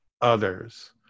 others